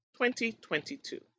2022